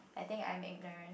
I think I'm ignorant